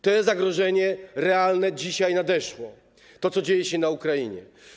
To zagrożenie realne dzisiaj nadeszło: to, co dzieje się na Ukrainie.